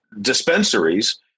dispensaries